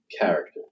character